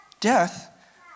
Death